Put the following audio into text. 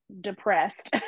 depressed